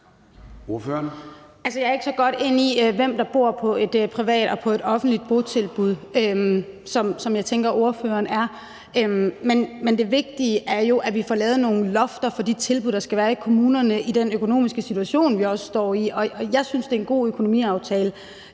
Jeg er ikke lige så godt inde i, hvem der bor på private og offentlige tilbud, som jeg tænker ordføreren er. Men det vigtige er jo, at vi får lavet nogle lofter for de tilbud, der skal være i kommunerne, også på grund af den økonomiske situation, vi står i. Jeg synes, det er en god økonomiaftale,